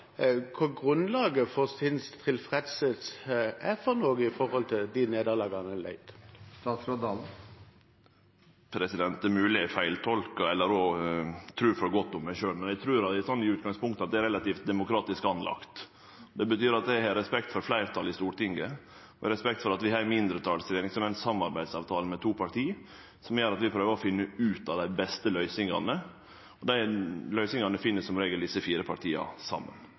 hva som er grunnlaget for hans tilfredshet, med tanke på de nederlagene han har lidd? Det er mogleg eg feiltolkar eller trur for godt om meg sjølv, men eg trur at eg i utgangspunktet er relativt demokratisk anlagt. Det betyr at eg har respekt for fleirtalet i Stortinget og for at vi har ei mindretalsregjering som har ein samarbeidsavtale med to parti, som gjer at vi prøver å finne ut av dei beste løysingane. Dei løysingane finn som regel desse fire